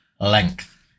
Length